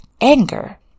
anger